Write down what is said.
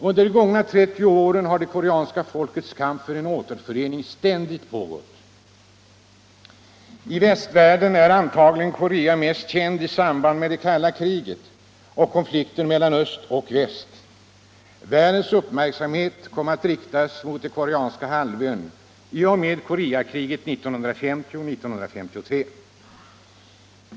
Under de gångna 30 åren har det koreanska folkets kamp för en återförening ständigt pågått. I västvärlden är antagligen Korea mest känt i samband med det kalla kriget och konflikten mellan öst och väst. Världens uppmärksamhet kom att riktas mot den koreanska halvön i och med Koreakriget 1950-1953.